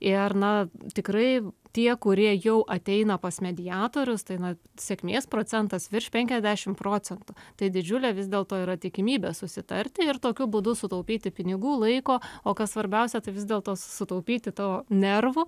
ir na tikrai tie kurie jau ateina pas mediatorius tai na sėkmės procentas virš penkiasdešim procentų tai didžiulė vis dėlto yra tikimybė susitarti ir tokiu būdu sutaupyti pinigų laiko o kas svarbiausia tai vis dėl to sutaupyti tavo nervų